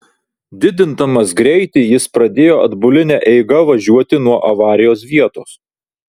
didindamas greitį jis pradėjo atbuline eiga važiuoti nuo avarijos vietos